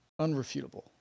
unrefutable